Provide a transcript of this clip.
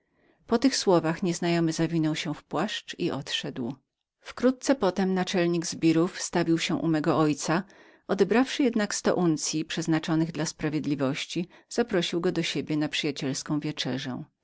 po tych słowach nieznajomy zawinął się w płaszcz i odszedł wkrótce potem naczelnik zbirów stawił się u mego ojca odebrawszy jednak sto uncyi złota przeznaczonych dla sprawiedliwości zaprosił go do siebie na przyjacielską wieczerzę